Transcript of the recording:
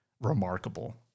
remarkable